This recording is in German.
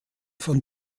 von